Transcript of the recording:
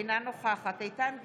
אינה נוכחת איתן גינזבורג,